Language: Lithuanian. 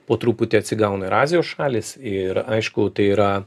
po truputį atsigauna ir azijos šalys ir aišku tai yra